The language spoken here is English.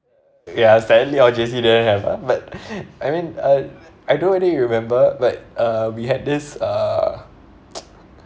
ya sadly our J_C didn't have ah but I mean I I don't know whether you remember like uh we had this uh